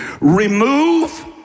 remove